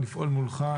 לפעול מולך,